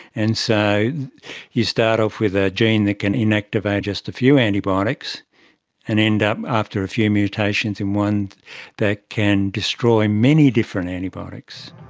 and so you start off with a gene that can inactivate just a few antibiotics and end up after a few mutations in one that can destroy many different antibiotics.